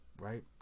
right